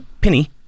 Penny